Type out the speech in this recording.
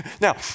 Now